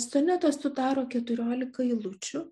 sonetą sudaro keturiolika eilučių